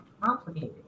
complicated